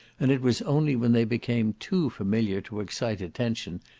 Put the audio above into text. and it was only when they became too familiar to excite attention,